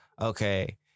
okay